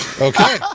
Okay